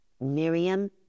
Miriam